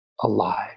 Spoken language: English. alive